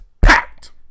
packed